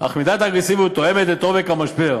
אך מידת האגרסיביות תואמת את עומק המשבר.